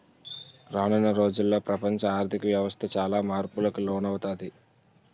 రానున్న రోజుల్లో ప్రపంచ ఆర్ధిక వ్యవస్థ చాలా మార్పులకు లోనవుతాది